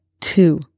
two